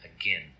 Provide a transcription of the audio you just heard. again